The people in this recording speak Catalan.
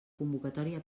convocatòria